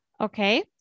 okay